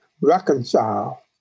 reconcile